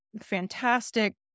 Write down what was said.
fantastic